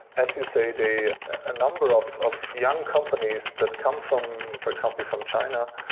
as you say, a ah number of of young companies that come from, for example, from china,